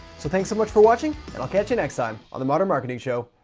so, thanks so much for watching and i'll catch you next time on the modern marketing show.